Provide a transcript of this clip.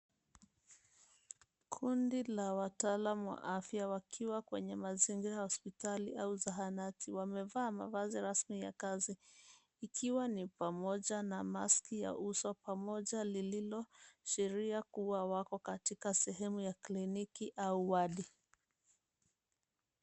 Kundi la wataalam wa afya wakiwa kwenye mazingira hospitali au zahanati wamevaa mavazi rasmi ya kazi, ikiwa ni pamoja na maski ya uso pamoja lililo sheria kuwa wako katika sehemu ya kliniki au wadi.